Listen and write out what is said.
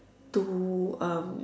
to um